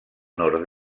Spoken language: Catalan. nord